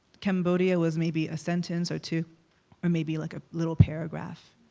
cambodia was maybe a sentence or two or maybe like a little paragraph.